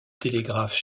télégraphe